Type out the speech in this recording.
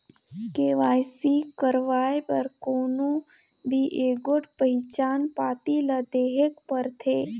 KYC करवाए बर कोनो भी एगोट पहिचान पाती ल देहेक परथे